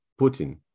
Putin